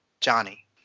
Johnny